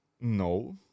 no